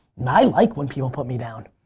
i like when people put me down.